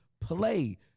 play